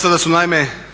se ne razumije./….